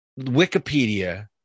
Wikipedia